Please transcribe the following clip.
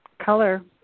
color